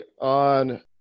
on